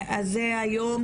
היום,